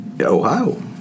Ohio